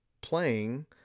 playing